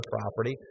property